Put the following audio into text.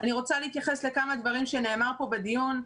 אני רוצה להתייחס לכמה דברים שנאמר פה בדיון.